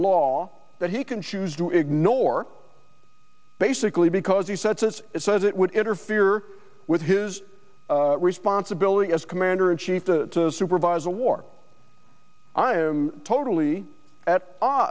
law that he can choose to ignore basically because he said since it says it would interfere with his responsibility as commander in chief to supervise a war i am totally